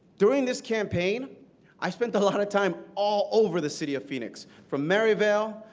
during this campaign i spent a lot of time all over the city of phoenix, from maryvale,